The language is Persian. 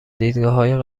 دیدگاههای